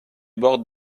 bordes